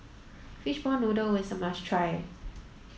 fishball noodle is a must try